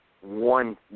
one